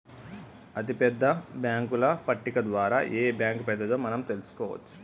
అతిపెద్ద బ్యేంకుల పట్టిక ద్వారా ఏ బ్యాంక్ పెద్దదో మనం తెలుసుకోవచ్చు